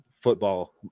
football